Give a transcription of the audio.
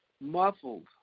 muffled